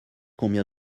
combien